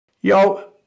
Yo